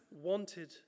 wanted